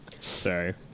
Sorry